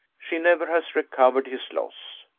she never has recovered his loss.